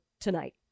tonight